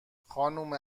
خانم